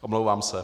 Omlouvám se.